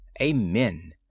Amen